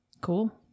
Cool